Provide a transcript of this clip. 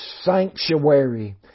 sanctuary